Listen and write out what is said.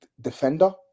defender